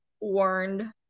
warned